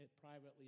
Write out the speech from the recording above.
privately